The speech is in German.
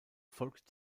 folgt